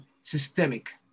systemic